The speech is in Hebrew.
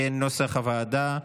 כנוסח הוועדה.